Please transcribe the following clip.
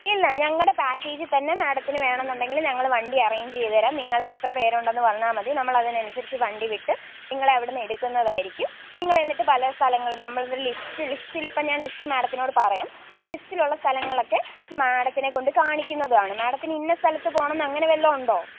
ഇല്ല ഞങ്ങളുടെ പാക്കേജിൽ തന്നെ മാഡത്തിന് വേണമെന്നുണ്ടെങ്കിൽ ഞങ്ങൾ വണ്ടി അറേഞ്ചെ് ചെയ്തു തരാം നിങ്ങൾ എത്ര പേരുണ്ടെന്ന് വന്നാൽ മതി നമ്മൾ അതിന് അനുസരിച്ച് വണ്ടി വിട്ട് നിങ്ങളെ അവിടെ നിന്ന് എടുക്കുന്നതായിരിക്കും നിങ്ങൾ എന്നിട്ട് പല സ്ഥലങ്ങൾ നമ്മൾ ഇന്ന് ഒരു ലിസ്റ്റ് ലിസ്റ്റിൽ ഇപ്പോൾ ഞാൻ ലിസ്റ്റ് മാഡത്തിനോട് പറയാം ആ ലിസ്റ്റിലുള്ള സ്ഥലങ്ങളിലൊക്കെ മാഡത്തിനെ കൊണ്ട് കാണിക്കുന്നതാണ് മാഡത്തിന് ഇന്ന സ്ഥലത്ത് പോകണം എന്ന് അങ്ങനെ വല്ലതും ഉണ്ടോ